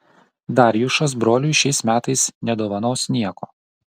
darjušas broliui šiais metais nedovanos nieko